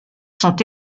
sont